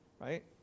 right